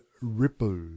ripple